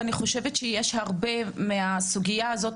ואני חושבת שיש הרבה מהסוגייה הזאת